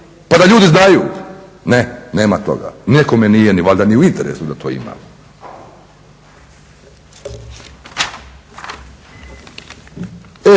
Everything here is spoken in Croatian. pa da ljudi znaju. Ne, nema toga. Nekome nije valjda ni u interesu da to ima.